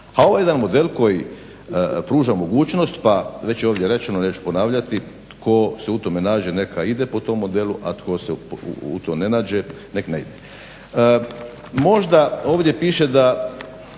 a ovo je jedan model koji pruža mogućnost pa već je ovdje rečeno neću ponavljati tko se u tome nađe neka ide po tom modelu, a tko se u tom ne nađe nek ne ide. Možda, ovdje piše da